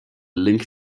link